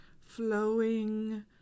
flowing